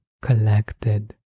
collected